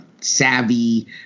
savvy